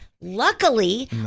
Luckily